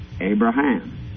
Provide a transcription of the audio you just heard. Abraham